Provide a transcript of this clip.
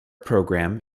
program